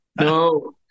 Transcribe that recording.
no